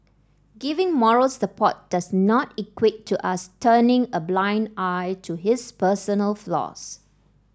giving moral support does not equate to us turning a blind eye to his personal flaws